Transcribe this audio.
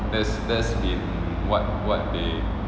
that's been that's been what what they